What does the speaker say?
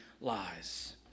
lies